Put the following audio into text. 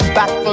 back